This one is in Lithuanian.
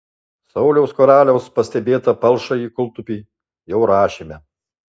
sauliaus karaliaus pastebėtą palšąjį kūltupį jau rašėme